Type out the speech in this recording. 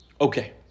Okay